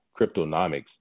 cryptonomics